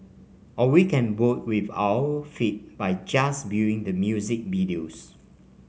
or we can vote with our feet by just viewing the music videos